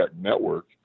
network